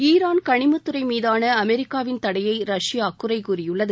Iran கனிமத்துறை மீதான அமெரிக்காவின் தடையை ரஷ்யா குறைகூறியுள்ளது